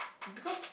because